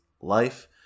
life